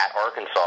Arkansas